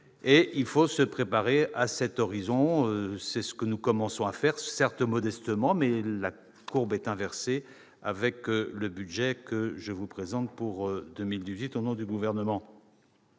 nous préparer à cet horizon. C'est ce que nous commençons à faire, certes modestement, mais la courbe est inversée avec le budget que je vous présente pour 2018 au nom du Gouvernement.